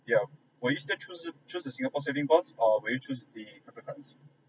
yeah will you still choose choose a singapore saving bonds or will you choose the cryptocurrency